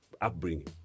upbringing